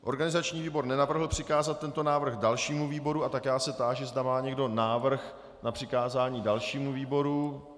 Organizační výbor nenavrhl přikázat tento návrh dalšímu výboru, a tak se táži, zda má někdo návrh na přikázání dalšímu výboru.